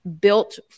built